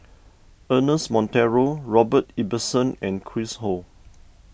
Ernest Monteiro Robert Ibbetson and Chris Ho